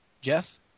Jeff